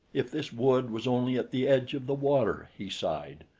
if this wood was only at the edge of the water, he sighed.